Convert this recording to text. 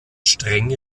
streng